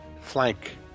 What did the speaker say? Flank